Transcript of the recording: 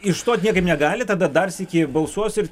išstot niekaip negali tada dar sykį balsuos ir